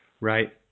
Right